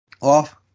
off